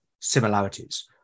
similarities